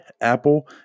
Apple